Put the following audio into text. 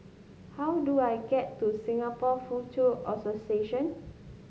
how do I get to Singapore Foochow Association